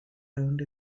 owned